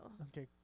Okay